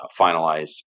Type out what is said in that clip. finalized